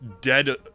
dead